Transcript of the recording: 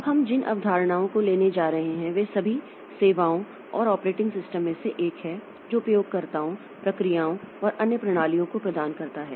अब हम जिन अवधारणाओं को कवर करने जा रहे हैं वे सभी सेवाओं और ऑपरेटिंग सिस्टम में से एक है जो उपयोगकर्ताओं प्रक्रियाओं और अन्य प्रणालियों को प्रदान करता है